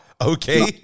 okay